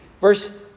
verse